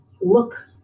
look